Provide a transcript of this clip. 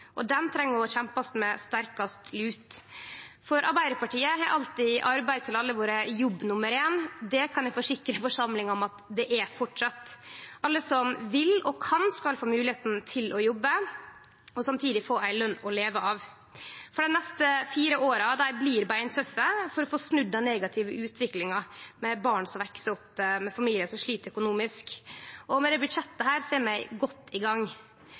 kjempast mot med den sterkaste luten. For Arbeidarpartiet har alltid arbeid til alle vore jobb nummer éin. Det kan eg forsikre forsamlinga om at det framleis er. Alle som vil og kan, skal få moglegheita til å jobbe og samtidig få ei løn å leve av. Dei neste fire åra blir beintøffe for å få snudd den negative utviklinga med barn som veks opp i familiar som slit økonomisk. Med dette budsjettet er vi godt i gang.